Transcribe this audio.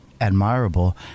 Admirable